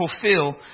fulfill